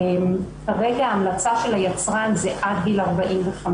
כרגע ההמלצה של היצרן, זה עד גיל 45,